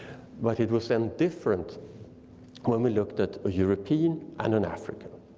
but it was then different when we looked at a european and an african.